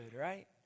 right